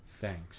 Thanks